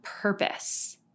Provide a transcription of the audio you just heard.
purpose